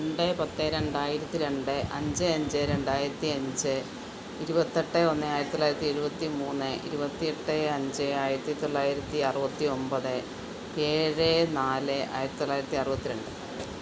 രണ്ട് പത്ത് രണ്ടായിരത്തി രണ്ട് അഞ്ച് അഞ്ച് രണ്ടായിരത്തിയഞ്ച് ഇരുപത്തിയെട്ട് ഒന്ന് ആയിരത്തി തൊള്ളായിരത്തി എഴുപത്തി മൂന്ന് ഇരുപത്തിയെട്ട് അഞ്ച് ആയിരത്തി തൊള്ളായിരത്തി അറുപത്തി ഒന്പത് ഏഴ് നാല് ആയിരത്തി തൊള്ളായിരത്തി അറുപത്തി രണ്ട്